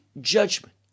judgment